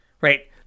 right